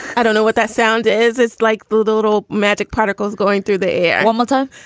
i don't know what that sound is. it's like food or magic particles going through the air um to